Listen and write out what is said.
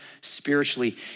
spiritually